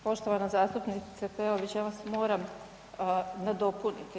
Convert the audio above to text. Poštovana zastupnice Peović ja vas moram nadopuniti.